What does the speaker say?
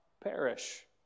perish